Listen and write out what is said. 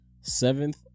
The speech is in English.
seventh